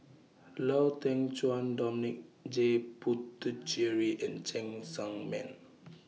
Lau Teng Chuan Dominic J Puthucheary and Cheng Tsang Man